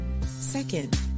Second